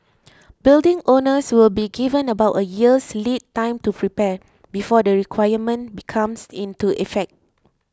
building owners will be given about a year's lead time to prepare before the requirement becomes into effect